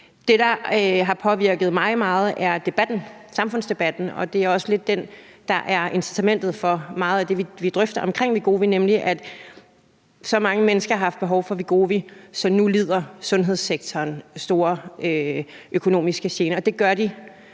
Det, der har påvirket mig meget, er samfundsdebatten, og det er også lidt den, der er incitamentet for meget af det, vi drøfter med hensyn til Wegovy. Man siger, at så mange mennesker har haft behov for Wegovy, at sundhedssektoren nu har store økonomiske gener, og det